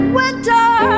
winter